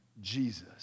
Jesus